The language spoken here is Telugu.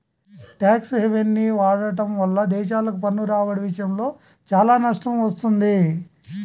ట్యాక్స్ హెవెన్ని వాడటం వల్ల దేశాలకు పన్ను రాబడి విషయంలో చాలా నష్టం వస్తుంది